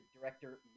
director